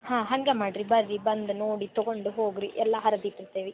ಹಾಂ ಹಂಗೆ ಮಾಡಿರಿ ಬನ್ರಿ ಬಂದು ನೋಡಿ ತೊಗೊಂಡು ಹೋಗಿರಿ ಎಲ್ಲ ಹರಡಿಟ್ಟಿರ್ತೀವಿ